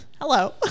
hello